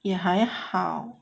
也还好